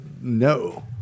No